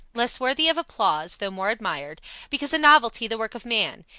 less worthy of applause though more admired because a novelty, the work of man,